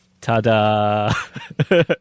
Ta-da